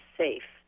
safe